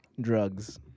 Drugs